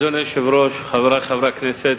אדוני היושב-ראש, חברי חברי הכנסת,